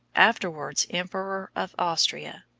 afterwards emperor of austria.